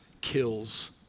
kills